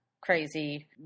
crazy